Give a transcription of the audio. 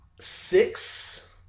six